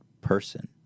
person